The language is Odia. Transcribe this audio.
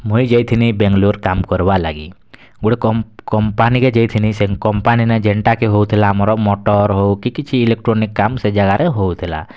ମୁଁଇ ଯାଇ ଥିଲି ବାଙ୍ଗାଲୋର୍ କାମ କରିବା ଲାଗି ଗୋଟେ କମ୍ପାନୀକେ ଯାଇଥିଲି ସେ କମ୍ପାନୀନେ ଯେନ୍ତା କି ହଉ ଥିଲା ଆମର ମଟର ହଉ କି କିଛି ଇଲୋଟ୍ରୋନିକ୍ କାମ୍ ଯେ ଜାଗାରେ ହଉ ଥିଲା